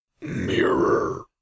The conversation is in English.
Mirror